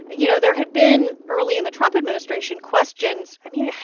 you know, there had been, early in the trump administration, questions i mean,